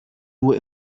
nur